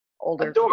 older